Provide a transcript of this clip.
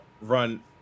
run